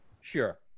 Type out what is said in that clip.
Sure